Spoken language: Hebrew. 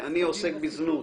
-- אני עוסק בזנות,